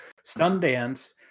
Sundance